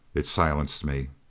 it silenced me.